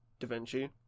DaVinci